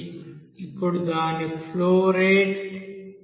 ఇప్పుడు దాని flow rate ఉంది